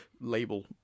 label